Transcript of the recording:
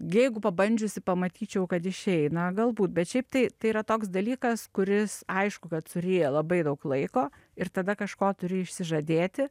jeigu pabandžiusi pamatyčiau kad išeina galbūt bet šiaip tai tai yra toks dalykas kuris aišku kad suryja labai daug laiko ir tada kažko turi išsižadėti